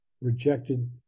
rejected